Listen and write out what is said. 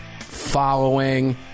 following